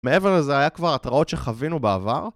מעבר לזה, היה כבר התרעות שחווינו בעבר?